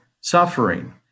suffering